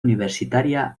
universitaria